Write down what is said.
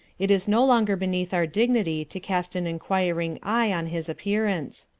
it is no longer beneath our dignity to cast an inquiring eye on his appearance.